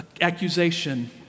accusation